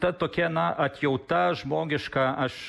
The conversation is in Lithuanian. ta tokia na atjauta žmogiška aš